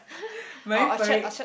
Marine-Parade